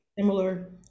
similar